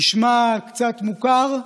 נשמע קצת מוכר?